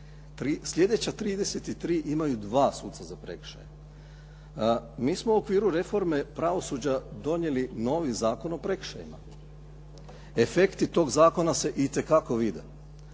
Sljedeća 33 imaju 2 suca za prekršaje. Mi smo u okviru reforme pravosuđa donijeli novi zakon o prekršajima. Efekti tog zakona se itekako vide,